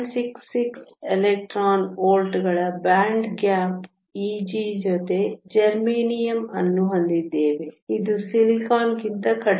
66 electron ವೋಲ್ಟ್ಗಳ band gap Eg ಜೊತೆ germanium ಅನ್ನು ಹೊಂದಿದ್ದೇವೆ ಇದು ಸಿಲಿಕಾನ್ ಗಿಂತ ಕಡಿಮೆ